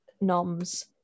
noms